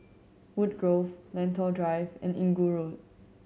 Woodgrove Lentor Drive and Inggu Road